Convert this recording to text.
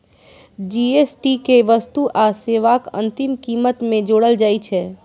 GST कें वस्तु आ सेवाक अंतिम कीमत मे जोड़ल जाइ छै